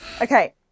Okay